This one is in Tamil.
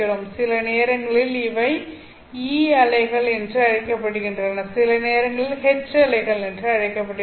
சில நேரங்களில் இவை E அலைகள் என்று அழைக்கப்படுகின்றன சில நேரங்களில் H அலைகள் என்று அழைக்கப்படுகின்றன